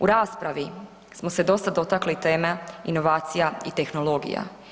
U raspravi smo se dosta dotakli teme inovacija i tehnologija.